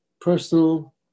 personal